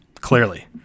clearly